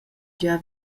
gia